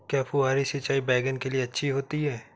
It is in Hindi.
क्या फुहारी सिंचाई बैगन के लिए अच्छी होती है?